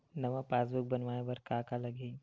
नवा पासबुक बनवाय बर का का लगही?